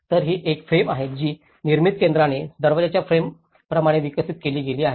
तर ही एक फ्रेम आहे जी निर्मिती केंद्राने दरवाजाच्या फ्रेम्सप्रमाणे विकसित केली आहे